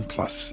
Plus